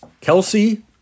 Kelsey